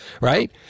right